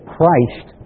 Christ